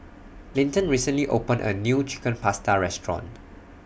Linton recently opened A New Chicken Pasta Restaurant